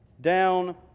down